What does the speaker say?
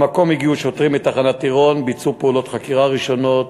למקום הגיעו שוטרים מתחנת עירון וביצעו פעולות חקירה ראשונות.